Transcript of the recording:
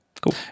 Cool